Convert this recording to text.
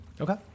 Okay